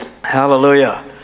hallelujah